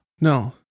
No